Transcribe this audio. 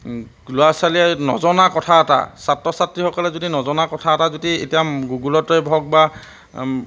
ল'ৰা ছোৱালীয়ে নজনা কথা এটা ছাত্ৰ ছাত্ৰীসকলে যদি নজনা কথা এটা যদি এতিয়া গুগুলতে ধৰক বা